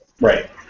Right